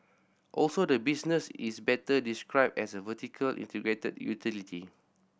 also the business is better described as a vertical integrated utility